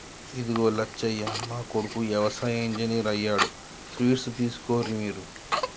ఇదిగో లచ్చయ్య మా కొడుకు యవసాయ ఇంజనీర్ అయ్యాడు స్వీట్స్ తీసుకోర్రి మీరు